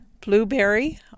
Blueberry